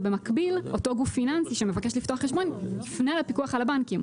ובמקביל אותו גוף פיננסי שמבקש לפתוח חשבון יפנה לפיקוח על הבנקים.